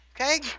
okay